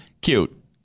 Cute